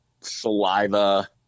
Saliva